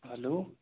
hello